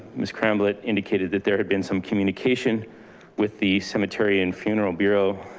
ms. cramblett indicated that there had been some communication with the cemetery and funeral bureau.